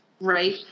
Right